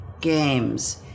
games